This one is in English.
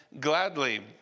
gladly